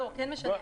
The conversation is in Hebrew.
משנה.